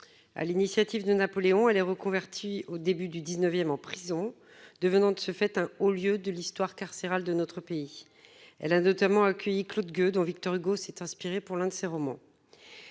à l'initiative de Napoléon, elle est reconverti au début du XIXe en prison, devenant de ce fait, un au lieu de l'histoire carcérale de notre pays, elle a notamment accueilli Claude Gueux, dont Victor Hugo s'est inspiré pour l'un de ses romans,